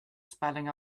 spelling